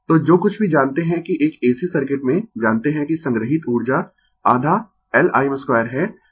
तो जो कुछ भी जानते है कि एक AC सर्किट में जानते है कि संग्रहीत ऊर्जा आधा L Im2 है